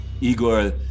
Igor